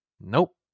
Nope